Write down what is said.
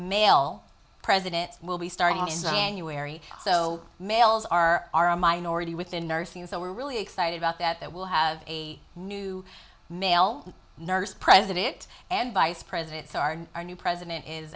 male president will be starting in january so males are are a minority within nursing so really excited about that we'll have a new male nurse president and vice presidents are our new president is